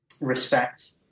respect